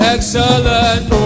Excellent